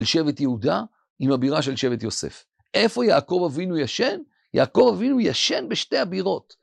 של שבט יהודה עם הבירה של שבט יוסף. איפה יעקב אבינו ישן? יעקב אבינו ישן בשתי הבירות.